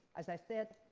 as i said,